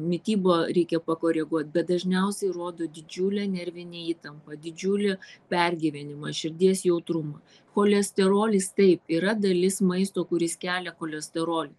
mitybą reikia pakoreguot bet dažniausiai rodo didžiulę nervinę įtampą didžiulį pergyvenimą širdies jautrumą cholesterolis taip yra dalis maisto kuris kelia cholesterolį